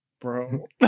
bro